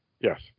Yes